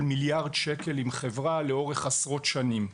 מיליארד שקל עם חברה לאורך עשרות שנים.